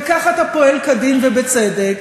וכך אתה פועל כדין ובצדק.